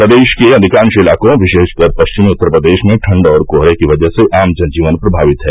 प्रदेश के अधिकांश इलाकों विशेष कर पश्चिमी उत्तर प्रदेश में ठंड और कोहरे की वजह से आम जन जीवन प्रभावित है